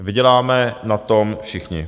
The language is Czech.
Vyděláme na tom všichni.